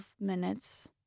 minutes